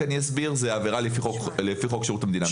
זאת עבירת משמעת לפי חוק שירות המדינה.